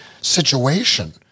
situation